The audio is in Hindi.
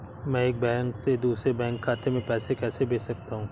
मैं एक बैंक से दूसरे बैंक खाते में पैसे कैसे भेज सकता हूँ?